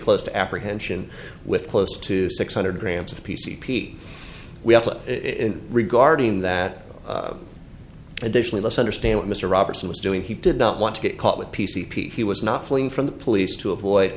close to apprehension with close to six hundred grams of p c p we have regarding that additionally let's understand what mr robertson was doing he did not want to get caught with p c p he was not fleeing from the police to avoid